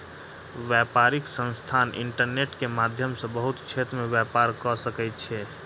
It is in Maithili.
व्यापारिक संस्थान इंटरनेट के माध्यम सॅ बहुत क्षेत्र में व्यापार कअ सकै छै